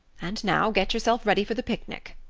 and now get yourself ready for the picnic.